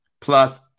plus